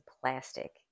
plastic